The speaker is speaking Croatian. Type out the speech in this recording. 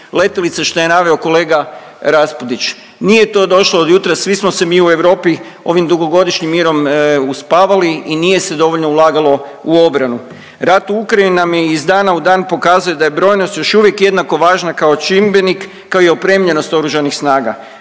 letjelica što je naveo kolega Raspudić. Nije to došlo od jutra, svi smo se mi u Europi ovim dugogodišnjim mirom uspavali i nije se dovoljno ulagalo u obranu. Rat u Ukrajini nam je iz dana u dana pokazao da je brojnost još uvijek jednako važna kao čimbenik kao i opremljenost Oružanih snaga.